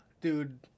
dude